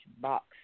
box